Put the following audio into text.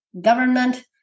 government